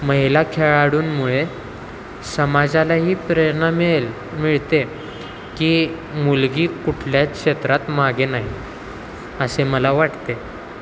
महिला खेळाडूंमुळे समाजालाही प्रेरणा मिळेल मिळते की मुलगी कुठल्याच क्षेत्रात मागे नाही असे मला वाटते